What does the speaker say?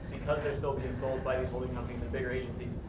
because they're so being sold by these holding companies and bigger agencies,